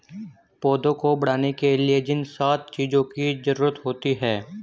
पौधों को बढ़ने के लिए किन सात चीजों की जरूरत होती है?